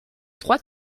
trois